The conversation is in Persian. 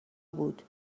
بود